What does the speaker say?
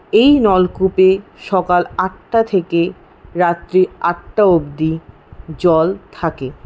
এই নলকূপে সকাল আটটা থেকে রাত্রি আটটা অবধি জল থাকে